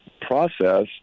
process